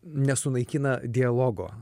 nesunaikina dialogo